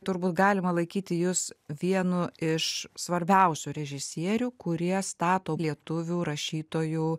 turbūt galima laikyti jus vienu iš svarbiausių režisierių kurie stato lietuvių rašytojų